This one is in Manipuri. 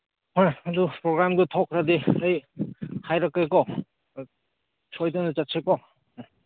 ꯍꯣꯏ ꯑꯗꯨ ꯄ꯭ꯔꯣꯒꯥꯝꯗꯨ ꯊꯣꯛꯈ꯭ꯔꯗꯤ ꯑꯩ ꯍꯥꯏꯔꯛꯀꯦꯀꯣ ꯁꯣꯏꯗꯅ ꯆꯠꯁꯤꯀꯣ